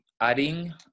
adding